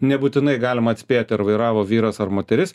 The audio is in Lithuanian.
nebūtinai galima atspėti ar vairavo vyras ar moteris